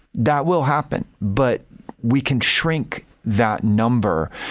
that will happen, but we can shrink that number.